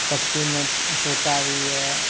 पक्षीमे तोता अबैया